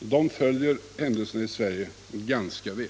De följer händelserna här hemma ganska väl.